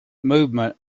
movement